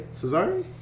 Cesare